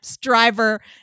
driver